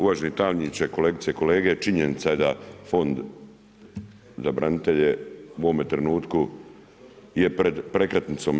Uvaženi tajniče, kolegice i kolege, činjenica je da Fond za branitelje u ovome trenutku je pred prekretnicom.